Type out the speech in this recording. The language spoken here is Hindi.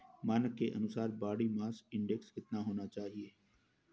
मानक के अनुसार बॉडी मास इंडेक्स कितना होना चाहिए?